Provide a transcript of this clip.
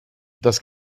das